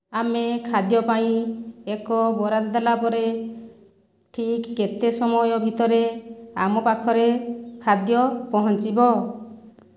ଆମେ ଖାଦ୍ୟ ପାଇଁ ଏକ ବରାଦ ଦେଲା ପରେ ଠିକ୍ କେତେ ସମୟ ଭିତରେ ଆମ ପାଖରେ ଖାଦ୍ୟ ପହଞ୍ଚିବ